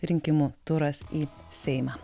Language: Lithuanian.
rinkimų turas į seimą